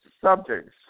subjects